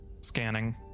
Scanning